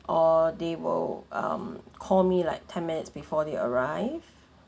or they will um call me like ten minutes before they arrive